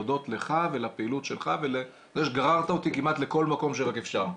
הודות לך ולפעילות שלך ולזה שגררת אותי כמעט לכל מקום שרק אפשר.